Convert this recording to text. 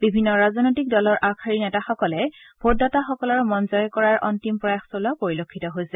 বিভিন্ন ৰাজনৈতিক দলৰ আগশাৰীৰ নেতাসকলে ভোটদাতাসকলৰ মন জয় কৰাৰ অন্তিম প্ৰয়াস চলোৱা পৰিলক্ষিত হৈছে